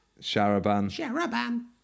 Sharaban